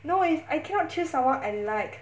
no is I cannot choose someone I like